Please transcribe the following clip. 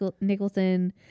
Nicholson